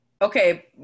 Okay